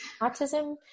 autism